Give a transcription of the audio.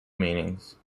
meanings